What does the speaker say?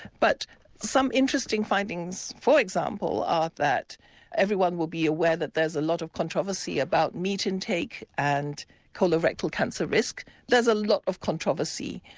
but some interesting findings for example are that everyone will be aware that there's a lot of controversy about meat intake and colorectal cancer risk there's a lot of controversy.